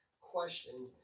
question